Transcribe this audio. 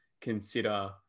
consider